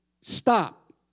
Stop